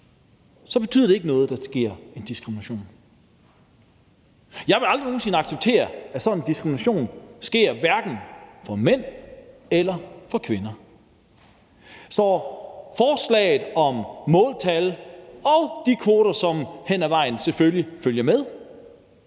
så betyder det ikke noget, at der sker en diskrimination. Jeg vil aldrig nogen sinde acceptere, at sådan en diskrimination sker, hverken for mænd eller for kvinder. Så forslaget om måltal og de kvoter, som hen ad vejen selvfølgelig følger med,